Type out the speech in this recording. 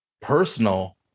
personal